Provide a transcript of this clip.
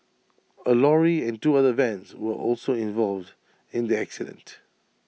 A lorry and two other vans were also involved in the accident